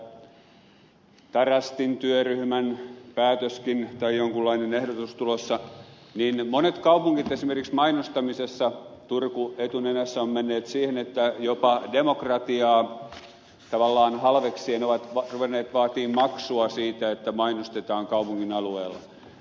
varsinkin nyt kun meillä on tämä tarastin työryhmän päätöskin tai jonkunlainen ehdotus tulossa niin monet kaupungit esimerkiksi mainostamisessa turku etunenässä ovat menneet siihen että jopa demokratiaa tavallaan halveksien ovat ruvenneet vaatimaan maksua siitä että mainostetaan kaupungin alueella